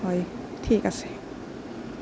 হয় ঠিক আছে